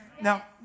now